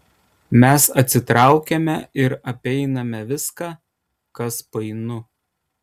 mes atsitraukiame ir apeiname viską kas painu